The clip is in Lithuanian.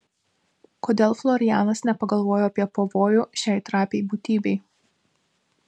kodėl florianas nepagalvojo apie pavojų šiai trapiai būtybei